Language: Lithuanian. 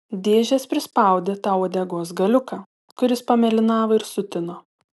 dėžės prispaudė tau uodegos galiuką kuris pamėlynavo ir sutino